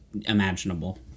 imaginable